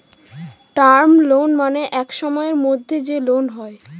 term loan মানে এক সময়ের মধ্যে যে লোন হয়